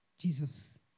Jesus